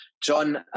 John